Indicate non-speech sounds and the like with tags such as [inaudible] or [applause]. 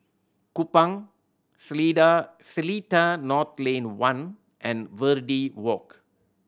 Kupang [unintelligible] Seletar North Lane One and Verde Walk